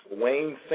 Wayne